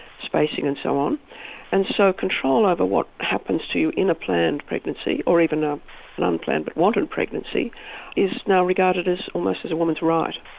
spacing and so on and so control over what happens to you in a planned pregnancy, or even ah an unplanned but wanted pregnancy is now regarded almost as a women's right.